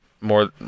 more